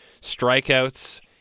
strikeouts